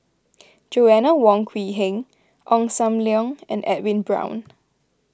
Joanna Wong Quee Heng Ong Sam Leong and Edwin Brown